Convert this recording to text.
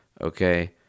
Okay